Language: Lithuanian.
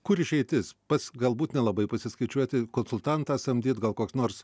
kur išeitis pats galbūt nelabai pasiskaičiuoti konsultantą samdyt gal koks nors